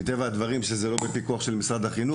ומטבע הדברים הם לא בפיקוח של משרד החינוך.